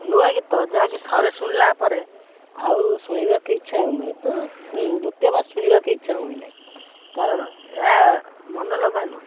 ନୂଆ ଗୀତ ଯାହାକି ଥରେ ଶୁଣିଲା ପରେ ଆଉ ଶୁଣିବାକୁ ଇଚ୍ଛା ହଉନାହିଁ ତ ଦ୍ୱିତୀୟ ବାର ଶୁଣିବାକୁ ଇଚ୍ଛା ହୁଏ ନାହିଁ କାରଣ ଏହା ମନଲୋଭା ନୁହେଁ